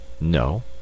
No